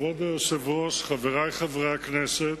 כבוד היושב-ראש, חברי חברי הכנסת,